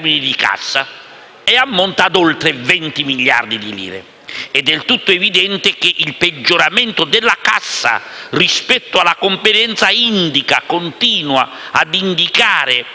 il peggioramento della cassa rispetto alla competenza continua ad indicare